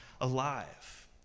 alive